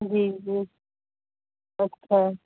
जी जी अच्छा